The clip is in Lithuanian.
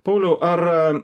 pauliau ar